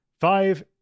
five